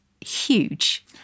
huge